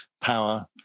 power